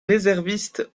réservistes